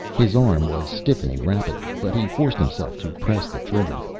his arm was stiffening rapidly, but he forced himself to press the trigger.